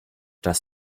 das